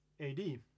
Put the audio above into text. AD